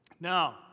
Now